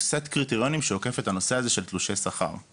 סט קריטריונים שעוקף את הנושא הזה של תלושי שכר.